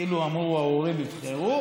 כאילו אמרו: ההורים יבחרו